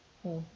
mm